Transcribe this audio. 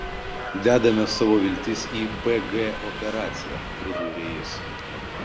dedame savo viltis į pg operaciją pridūrė jis